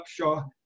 Upshaw